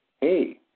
Hey